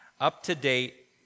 up-to-date